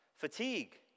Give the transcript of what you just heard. Fatigue